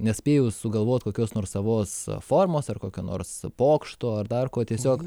nespėjus sugalvot kokios nors savos formos ar kokio nors pokšto ar dar ko tiesiog